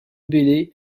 belley